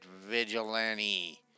vigilante